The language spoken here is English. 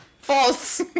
False